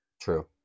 true